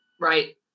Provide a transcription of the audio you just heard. Right